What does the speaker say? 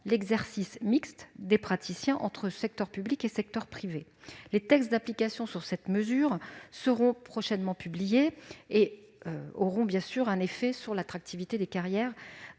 l'exercice mixte des praticiens entre secteur public et secteur privé. Les textes d'application de cette mesure seront prochainement publiés et auront un effet sur l'attractivité des carrières,